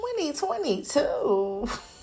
2022